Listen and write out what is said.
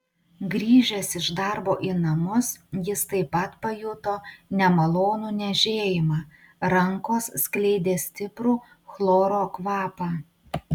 grįžęs iš darbo į namus jis taip pat pajuto nemalonų niežėjimą rankos skleidė stiprų chloro kvapą